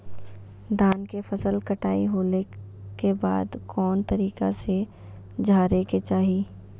धान के फसल कटाई होला के बाद कौन तरीका से झारे के चाहि?